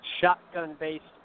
shotgun-based